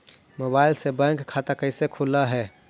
Mobile से bank खाता कैसे खुल है?